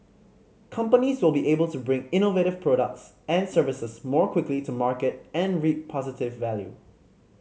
companies will be able to bring innovative products and services more quickly to market and reap positive value